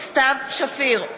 סתיו שפיר,